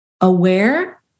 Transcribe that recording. aware